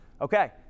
Okay